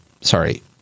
Sorry